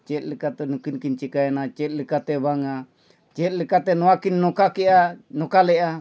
ᱪᱮᱫ ᱞᱮᱠᱟᱛᱮ ᱱᱩᱠᱤᱱ ᱠᱤᱱ ᱪᱤᱠᱟᱹᱭᱮᱱᱟ ᱪᱮᱫ ᱞᱮᱠᱟᱛᱮ ᱵᱟᱝᱟ ᱪᱮᱫ ᱞᱮᱠᱟᱛᱮ ᱱᱚᱣᱟᱠᱤᱱ ᱱᱚᱝᱠᱟ ᱠᱮᱜᱼᱟ ᱱᱚᱝᱠᱟ ᱞᱮᱜᱼᱟ